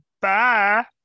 Bye